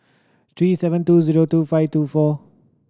three seven two zero two five two four